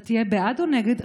אתה תהיה בעד או נגד?